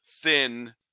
thin